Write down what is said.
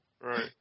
Right